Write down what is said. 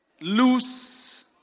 loose